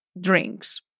drinks